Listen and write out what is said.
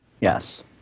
Yes